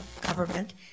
government